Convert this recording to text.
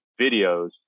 videos